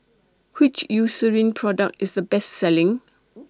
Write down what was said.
Which Eucerin Product IS The Best Selling